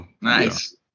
nice